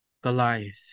Goliath